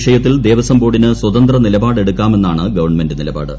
വിഷയത്തിൽ ദേവസ്വംബോർഡിന് സ്വതന്ത്ര നിലപാട് എടുക്കാമെന്നാണ് ഗവൺമെന്റ് നിലപാട്